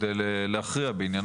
כדי להכריע בעניינו.